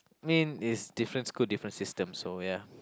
I mean it's different school different system so ya